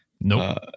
Nope